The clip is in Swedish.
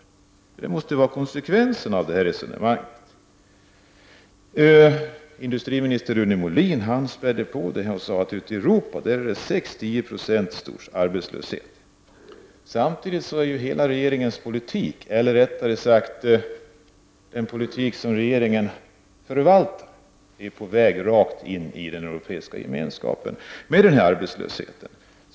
Konsekvensen av det resonemang Lars Ulander för är att han också måste svara ja på den frågan. Industriminister Rune Molin spädde på och sade att ute i Europa är arbetslösheten 6-10 26. Samtidigt leder regeringens politik — eller rättare sagt den politik som regeringen förvaltar — raka vägen in i den europeiska gemen skapen, med den arbetslöshet som råder där.